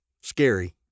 scary